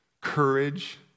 courage